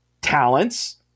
talents